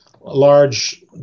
large